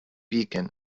beacon